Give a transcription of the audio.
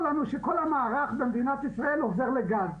לנו שכל המערך במדינת ישראל עובר לגז.